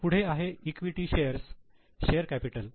पुढे आहे equity shares share capital